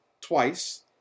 twice